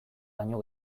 baino